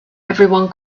everyone